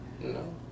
No